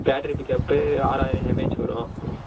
battery backup ஆறாயிரம் mAh வரும்